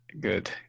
Good